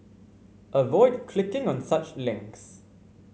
avoid clicking on such links